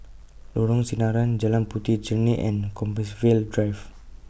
Lorong Sinaran Jalan Puteh Jerneh and Compassvale Drive